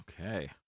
Okay